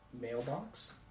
Mailbox